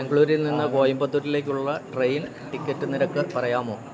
ബാംഗ്ലൂരിൽ നിന്ന് കോയമ്പത്തൂരിലേക്കുള്ള ട്രെയിൻ ടിക്കറ്റ് നിരക്ക് പറയാമോ